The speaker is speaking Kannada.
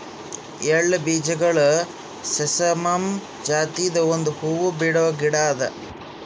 ಎಳ್ಳ ಬೀಜಗೊಳ್ ಸೆಸಾಮಮ್ ಜಾತಿದು ಒಂದ್ ಹೂವು ಬಿಡೋ ಗಿಡ ಅದಾ